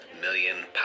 million